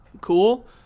cool